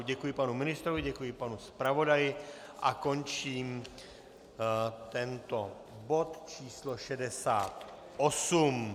Děkuji panu ministrovi, děkuji panu zpravodaji a končím tento bod číslo 68.